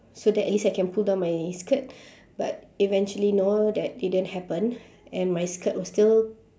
so that at least I can pull down my skirt but eventually no that it didn't happen and my skirt was still